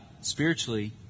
spiritually